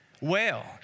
whale